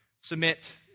Submit